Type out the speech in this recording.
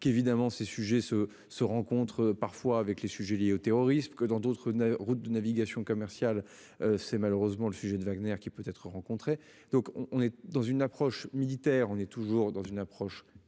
qu'évidemment ces sujets se se rencontrent parfois avec les sujets liés au terrorisme que dans d'autres routes de navigation commerciale. C'est malheureusement le sujet de Wagner qui peut être rencontrés donc on, on est dans une approche militaire. On est toujours dans une approche